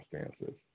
circumstances